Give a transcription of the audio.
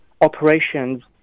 operations